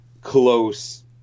close